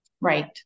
right